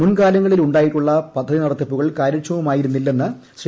മുൻകാലങ്ങളിലുണ്ടായിട്ടുള്ള പദ്ധതി നടത്തിപ്പുകൾ കാര്യക്ഷമമായിരുന്നില്ലെന്ന് ശ്രീ